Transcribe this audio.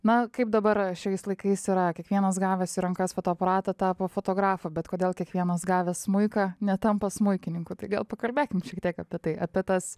na kaip dabar šiais laikais yra kiekvienas gavęs į rankas fotoaparatą tapo fotografu bet kodėl kiekvienas gavęs smuiką netampa smuikininku tai gal pakalbėkim šiek tiek apie tai apie tas